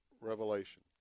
revelation